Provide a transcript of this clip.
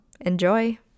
Enjoy